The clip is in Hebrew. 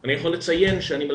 אני חוזר ואומר שאנחנו,